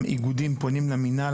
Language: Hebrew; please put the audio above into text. האיגודים פונים למינהל,